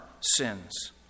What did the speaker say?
sins